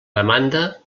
demanda